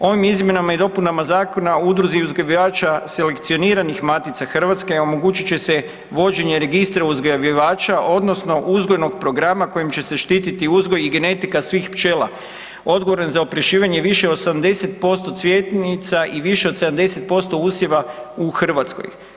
Ovim izmjenama i dopunama zakona udruzi uzgajivača selekcioniranih matica Hrvatske omogućit će se vođenje registra uzgajivača odnosno uzgojnog programa kojim će se štititi uzgoj i genetika svih pčela … oprašivanje više 80% cvjetnica i više od 70% usjeva u Hrvatskoj.